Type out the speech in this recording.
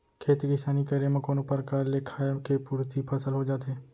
खेती किसानी करे म कोनो परकार ले खाय के पुरती फसल हो जाथे